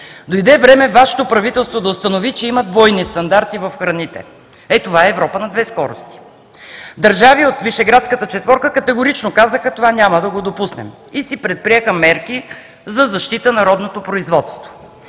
Дойде време Вашето правителство да установи, че има двойни стандарти в храните. Ето, това е „Европа на две скорости“. Държави от Вишеградската четворка категорично казаха: „това няма да го допуснем“ и си предприеха мерки за защита на родното производство.